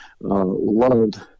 loved –